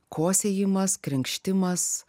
kosėjimas krenkštimas